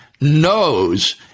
knows